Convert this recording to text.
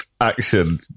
action